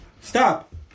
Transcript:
Stop